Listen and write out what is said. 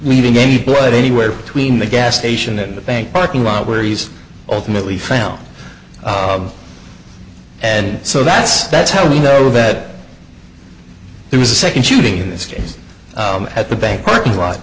leaving any blood anywhere between the gas station and the bank parking lot where he's ultimately found and so that's that's how we know that there was a second shooting in this case at the bank parking lot